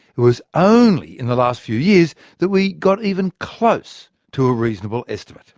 it was only in the last few years that we got even close to a reasonable estimate